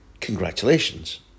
Congratulations